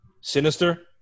Sinister